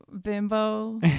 bimbo